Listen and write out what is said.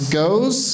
goes